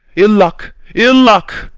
ill luck, ill luck?